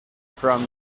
from